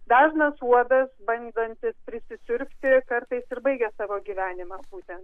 dažnas uodas bandantis prisisiurbti kartais ir baigia savo gyvenimą būtent